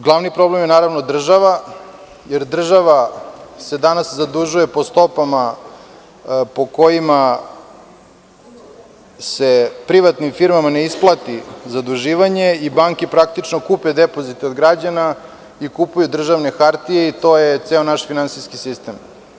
Glavni problem je država, jer država se danas zadužujepo stopama po kojima se privatnim firmama ne isplati zaduživanje i banke, praktično, kupe depozit od građana i kupuju državne hartije i to je ceo naš finansijski sistem.